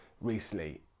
recently